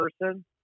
person